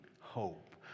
hope